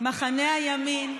מחנה הימין,